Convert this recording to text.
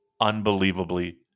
unbelievably